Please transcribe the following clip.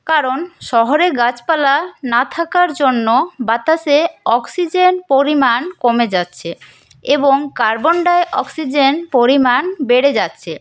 কারণ শহরে গাছপালা না থাকার জন্য বাতাসে অক্সিজেন পরিমাণ কমে যাচ্ছে এবং কার্বন ডাই অক্সিজেন পরিমাণ বেড়ে যাচ্ছে